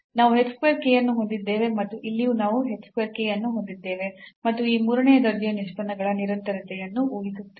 ನಾವು h square k ಅನ್ನು ಹೊಂದಿದ್ದೇವೆ ಮತ್ತು ಇಲ್ಲಿಯೂ ನಾವು h ಸ್ಕ್ವೇರ್ k ಅನ್ನು ಹೊಂದಿದ್ದೇವೆ ಮತ್ತು ಈ ಮೂರನೇ ದರ್ಜೆಯ ನಿಷ್ಪನ್ನಗಳ ನಿರಂತರತೆಯನ್ನು ಊಹಿಸುತ್ತೇವೆ